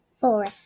Four